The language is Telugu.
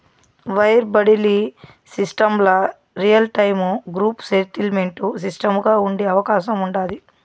వైర్ బడిలీ సిస్టమ్ల రియల్టైము గ్రూప్ సెటిల్మెంటు సిస్టముగా ఉండే అవకాశం ఉండాది